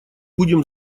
будем